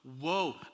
whoa